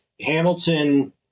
Hamilton